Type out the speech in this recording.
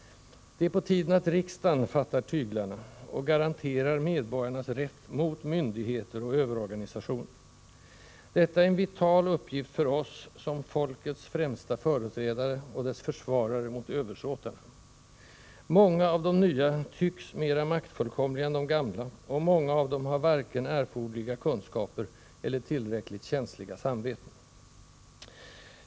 Det är på tiden att riksdagen fattar tyglarna och garanterar medborgarnas rätt mot myndigheter och överorganisationer. Detta är en vital uppgift för oss som ”folkets främsta företrädare” och dess försvarare mot översåtarna. Många av de nya tycks mera maktfullkomliga än de gamla, och många av dem har varken erforderliga kunskaper eller tillräckligt känsliga samveten.